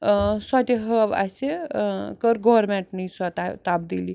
ٲں سۄ تہِ ہٲو اسہِ ٲں کٔر گورمیٚنٛٹنٕے سۄ تبدیٖلی